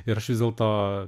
ir aš vis dėl to